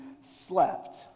slept